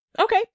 Okay